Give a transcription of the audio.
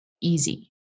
easy